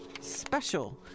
special